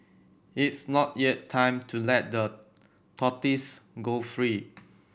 it's not yet time to let the tortoises go free